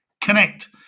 connect